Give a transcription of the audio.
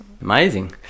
Amazing